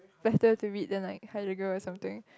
better to read the night how to go or something